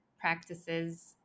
practices